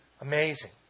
Amazing